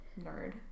nerd